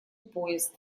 поезд